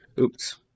oops